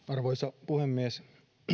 arvoisa puhemies